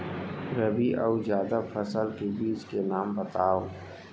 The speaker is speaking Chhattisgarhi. रबि अऊ जादा फसल के बीज के नाम बताव?